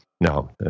no